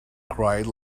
cried